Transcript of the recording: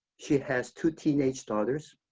she has two teenage daughters.